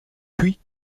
puis